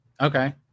okay